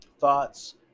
thoughts